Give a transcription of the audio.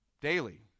daily